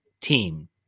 team